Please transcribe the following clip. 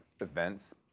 events